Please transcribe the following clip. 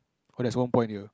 oh there's one point here